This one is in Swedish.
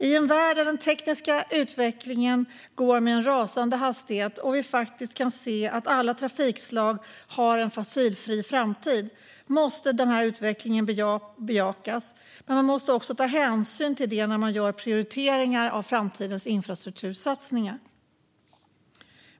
I en värld där den tekniska utvecklingen går med en rasande hastighet och vi faktiskt kan se att alla trafikslag har en fossilfri framtid måste denna utveckling bejakas, men man måste också ta hänsyn till detta när man gör prioriteringar av framtidens infrastruktursatsningar.